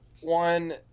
one